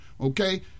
Okay